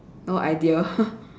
no idea